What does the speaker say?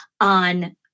on